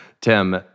Tim